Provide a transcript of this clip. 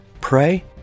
Pray